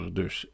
dus